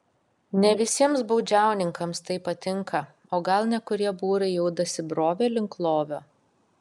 ne visiems baudžiauninkams tai patinka o gal nekurie būrai jau dasibrovė link lovio